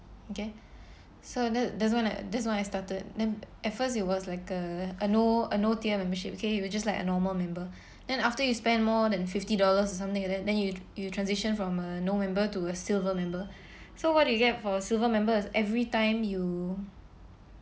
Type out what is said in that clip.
okay so the~ that's when that's when I started then at first it was like a no a no tier membership okay you were just like a normal member then after you spend more than fifty dollars or something like that then you you transition from a no member to a silver member so what do you get for silver members' every time you